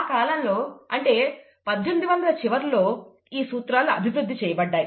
ఆ కాలంలో అంటే 1800 చివర్లో ఈ సూత్రాలు అభివృద్ధి చేయబడ్డాయి